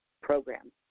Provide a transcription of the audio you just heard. program